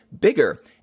bigger